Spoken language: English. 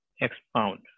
expound